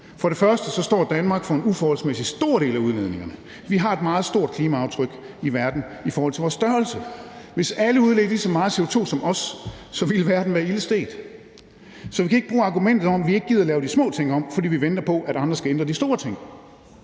For det første står Danmark for en uforholdsmæssig stor del af udledningen. Vi har et meget stort klimaaftryk i verden i forhold til vores størrelse. Hvis alle udledte lige så meget CO2 som os, ville verden være ilde stedt, så vi kan ikke bruge argumentet om, at vi ikke gider at lave de små ting om, fordi vi venter på, at andre skal ændre de store ting.